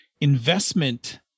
Investment